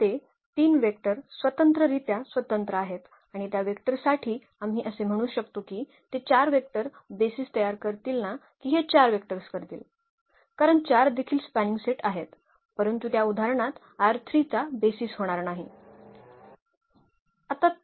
तर ते 3 वेक्टर स्वतंत्ररित्या स्वतंत्र आहेत आणि त्या वेक्टरंसाठी आम्ही असे म्हणू शकतो की ते 4 वेक्टर बेसीस तयार करतील ना की हे 4 व्हेक्टर्स करतील कारण 4 देखील स्पॅनिंग सेट आहेत परंतु त्या उदाहरणात चा बेसीस होणार नाही